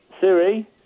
Siri